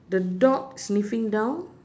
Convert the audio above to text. the dog sniffing down